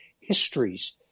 histories